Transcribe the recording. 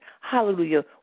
hallelujah